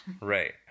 Right